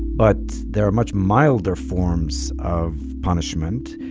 but there are much milder forms of punishment.